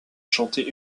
chanter